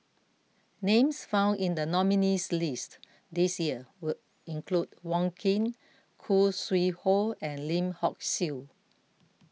names found in the nominees' list this year were include Wong Keen Khoo Sui Hoe and Lim Hock Siew